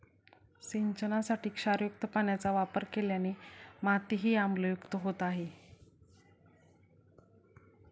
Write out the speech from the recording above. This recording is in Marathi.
सिंचनासाठी क्षारयुक्त पाण्याचा वापर केल्याने मातीही आम्लयुक्त होत आहे